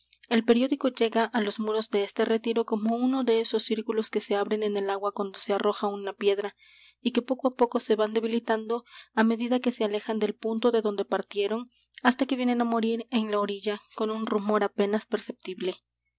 el periódico llega á los muros de este retiro como uno de esos círculos que se abren en el agua cuando se arroja una piedra y que poco á poco se van debilitando á medida que se alejan del punto de donde partieron hasta que vienen á morir en la orilla con un rumor apenas perceptible